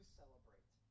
celebrate